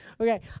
Okay